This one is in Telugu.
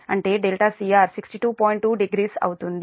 2o అవుతుంది